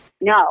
No